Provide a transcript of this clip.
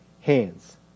hands